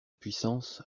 puissance